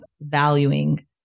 valuing